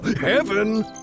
Heaven